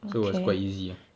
so it was quite easy uh